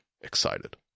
excited